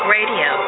Radio